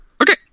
Okay